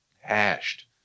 hashed